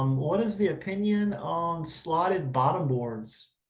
um what is the opinion on slotted bottom boards?